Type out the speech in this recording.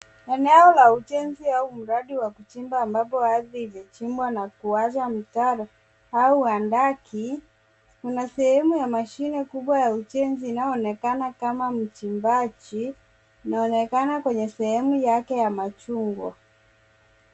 Eneo la ujenzi au mradi wa kuchimba ambapo ardhi imechimbwa na kuwacha mtaro au handaki. Kuna sehemu ya mashine kubwa ya ujenzi inayoonekana kama mchimbaji, inaonekana kwenye sehemu yake ya machungwa.